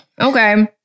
okay